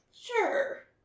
Sure